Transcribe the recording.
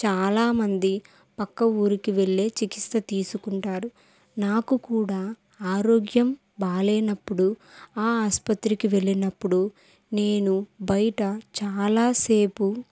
చాలామంది పక్క ఊరికి వెళ్లే చికిత్స తీసుకుంటారు నాకు కూడా ఆరోగ్యం బాగాలేనప్పుడు ఆ ఆసుపత్రికి వెళ్ళినప్పుడు నేను బయట చాలాసేపు